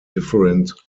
different